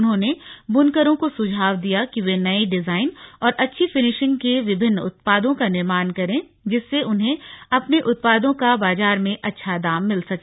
उन्होंने बुनकरों को सुझाव दिया कि वे नए डिजाइन और अच्छी फिनिशिंग के विभिन्न उत्पादों का निर्माण करें जिससे उन्हें अपने उत्पादों का बाजार में अच्छा दाम मिल सके